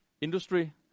industry